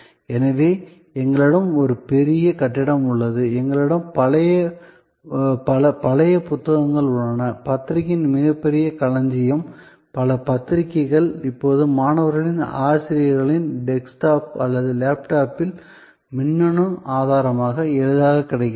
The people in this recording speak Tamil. எனவே எங்களிடம் ஒரு பெரிய கட்டிடம் உள்ளது எங்களிடம் பல பழைய புத்தகங்கள் உள்ளன பத்திரிகைகளின் மிகப்பெரிய களஞ்சியம் பல பத்திரிகைகள் இப்போது மாணவர்களின் ஆசிரியர்களின் டெஸ்க்டாப் அல்லது லேப்டாப்பில் மின்னணு ஆதாரமாக எளிதாகக் கிடைக்கின்றன